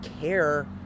care